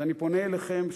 אז אני פונה אליכם,